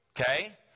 Okay